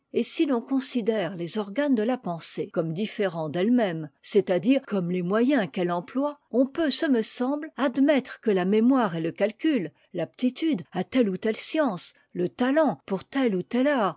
et si fon considère les organes de la pensée comme différents d'ellemême c'est-à-dire comme les moyens qu'elle emploie on peut ce me semble admettre que la mémoire et le calcul l'aptitude à telle ou telle science le talent pour